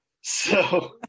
So-